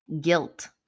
guilt